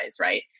right